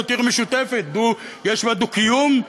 זאת עיר משותפת, יש בה דו-קיום.